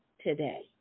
today